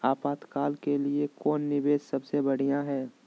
आपातकाल के लिए कौन निवेस सबसे बढ़िया है?